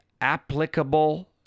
applicable